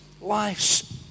lives